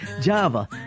Java